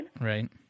Right